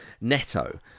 Neto